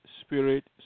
Spirit